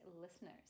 listeners